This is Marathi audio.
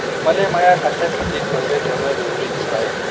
मले माया खात्यात कितीक पैसे ठेवण जरुरीच हाय?